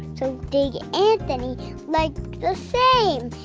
so big anthony liked the same.